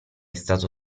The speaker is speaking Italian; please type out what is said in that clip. stato